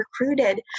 recruited